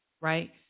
right